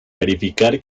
verificar